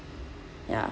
ya